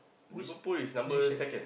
which position